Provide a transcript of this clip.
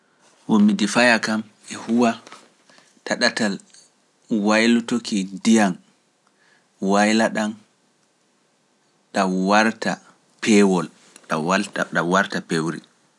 Humidifaya kam e huwa ta ɗatal waylutuki ndiyam wayla ɗam ɗan warta peewol, ɗan warta peewri.